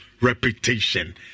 reputation